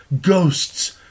ghosts